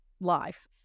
life